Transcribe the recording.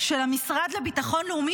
של המשרד לביטחון לאומי,